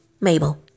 Mabel